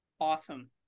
Awesome